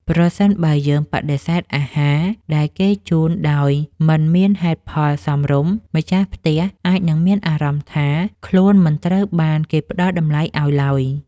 ប្រសិនបើយើងបដិសេធអាហារដែលគេជូនដោយមិនមានហេតុផលសមរម្យ ម្ចាស់ផ្ទះអាចនឹងមានអារម្មណ៍ថា ខ្លួនមិនត្រូវបានគេផ្តល់តម្លៃឱ្យឡើយ។